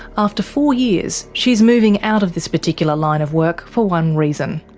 after four years, she's moving out of this particular line of work for one reason.